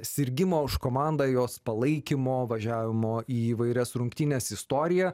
sirgimo už komandą jos palaikymo važiavimo į įvairias rungtynes istoriją